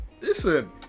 listen